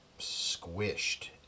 squished